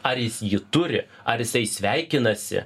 ar jis jį turi ar jisai sveikinasi